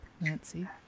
Nancy